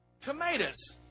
tomatoes